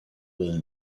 will